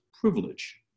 privilege